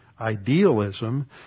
Idealism